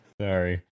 Sorry